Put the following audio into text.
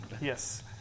Yes